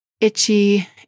itchy